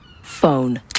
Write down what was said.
Phone